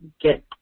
get